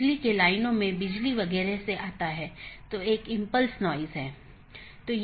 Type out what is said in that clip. और फिर दूसरा एक जीवित है जो यह कहता है कि सहकर्मी उपलब्ध हैं या नहीं यह निर्धारित करने के लिए कि क्या हमारे पास वे सब चीजें हैं